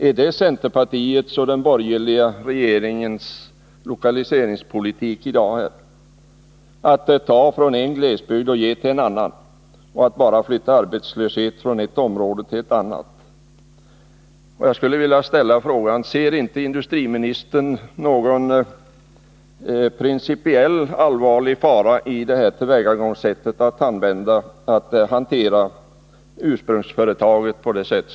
Är det centerpartiets och den borgerliga regeringens lokaliseringspolitik i dag att ta från en glesbygd och ge till en annan, att bara flytta arbetslöshet från ett område till ett annat? Jag vill också ställa frågan: Ser inte industriministern någon principiell, allvarlig fara i det tillvägagångssätt som man här har använt för att hantera ursprungsföretaget?